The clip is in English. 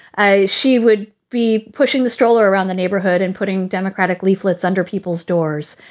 ah she would be pushing the stroller around the neighborhood and putting democratic leaflets under people's doors.